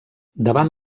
davant